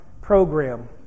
program